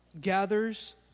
Gathers